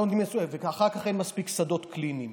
ואחר כך אין מספיק שדות קליניים,